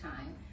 time